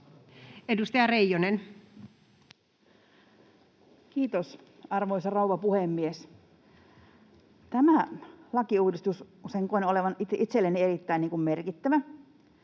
Edustaja Reijonen. Kiitos, arvoisa rouva puhemies! Koen tämän lakiuudistuksen olevan itselleni erittäin merkittävä,